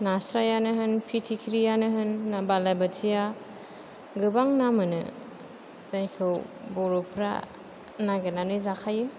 नास्रायानो होन फिथिख्रियानो होन ना बालाबोथिया गोबां ना मोनो जायखौ बर'फ्रा नागिरनानै जाखायो